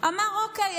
אמר: אוקיי,